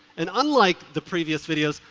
and unlike the previous videos,